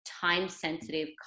time-sensitive